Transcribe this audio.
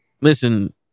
listen